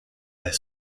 est